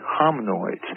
hominoids